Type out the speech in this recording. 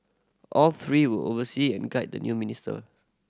all three will oversee and guide the new minister